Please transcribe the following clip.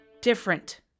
different